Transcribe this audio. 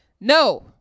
no